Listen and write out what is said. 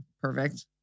perfect